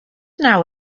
now